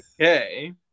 okay